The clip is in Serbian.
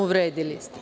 Uvredili ste me.